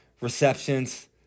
receptions